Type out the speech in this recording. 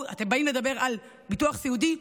אתם באים לדבר על ביטוח סיעודי?